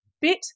bit